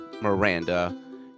Miranda